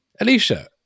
Alicia